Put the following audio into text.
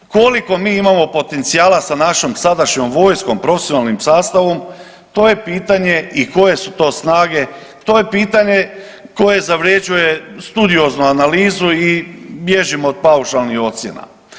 Koliko mi imamo potencijala sa našom sadašnjom vojskom, profesionalnim sastavom, to je pitanje i koje su to snage, to je pitanje koje zavređuje studioznu analizu i bježim od paušalnih ocjena.